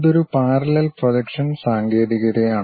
ഇത് ഒരു parallel projection സാങ്കേതികതയാണ്